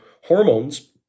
hormones